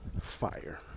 fire